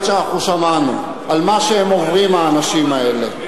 ששמענו על מה שעוברים האנשים האלה,